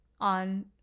on